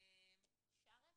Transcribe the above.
שרף